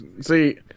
see